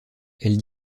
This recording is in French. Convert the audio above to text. elle